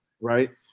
right